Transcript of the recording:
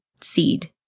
seed